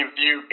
view